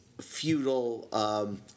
feudal